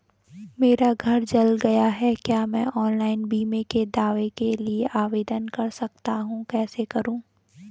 मेरा घर जल गया है क्या मैं ऑनलाइन बीमे के दावे के लिए आवेदन कर सकता हूँ कैसे करूँ?